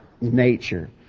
nature